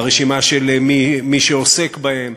ברשימה של מי שעוסק בזה,